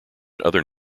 other